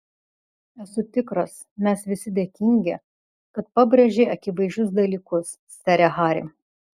esu tikras mes visi dėkingi kad pabrėži akivaizdžius dalykus sere hari